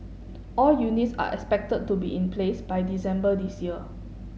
all units are expected to be in place by December this year